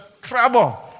trouble